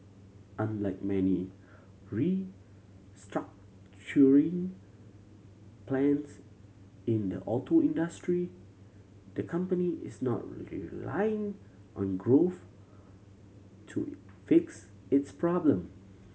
unlike many restructuring plans in the auto industry the company is not relying on growth to fix its problem